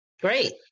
Great